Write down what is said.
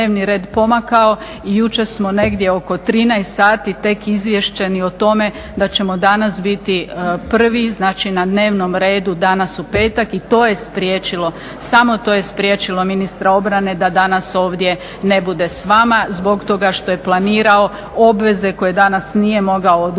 dnevni red pomakao i jučer smo negdje oko 13 sati tek izvješteni o tome da ćemo danas biti prvi, znači na dnevnom redu danas u petak. I to je spriječilo, samo to je spriječilo ministra obrane da danas ovdje ne bude s vama zbog toga što je planirao obveze koje danas nije mogao odgoditi